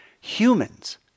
humans